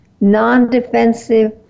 non-defensive